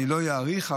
לא אאריך,